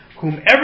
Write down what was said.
whomever